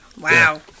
Wow